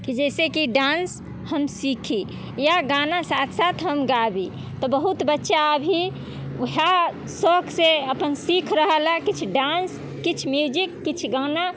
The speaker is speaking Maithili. कि जैसेकि डान्स हम सीखी या गाना साथ साथ हम गाबी तब बहुत बच्चा अभी ओएह शौक से अपन सीख रहल यऽ किछु अपन डान्स किछु म्यूजिक किछु गाना